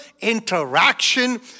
interaction